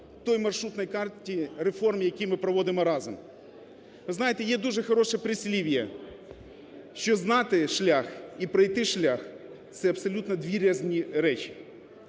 тій маршрутній карті реформ, які ми проводимо разом. Ви знаєте, є дуже хороше прислів'я, що знати шлях і пройти шлях – це абсолютно дві різні речі.